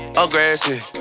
aggressive